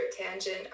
tangent